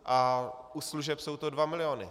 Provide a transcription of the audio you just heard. U služeb jsou to dva miliony.